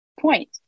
point